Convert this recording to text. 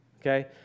Okay